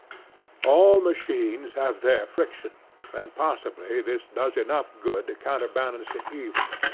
all machines have their friction and possibly this does enough good to counter-balance the evil.